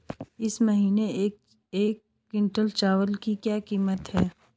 इस महीने एक क्विंटल चावल की क्या कीमत है?